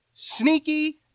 Sneaky